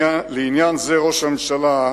בעניין זה, ראש הממשלה,